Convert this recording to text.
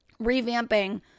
revamping